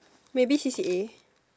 maybe C_C_A